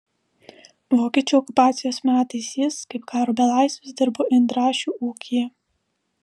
vokiečių okupacijos metais jis kaip karo belaisvis dirbo indrašių ūkyje